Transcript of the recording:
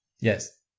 Yes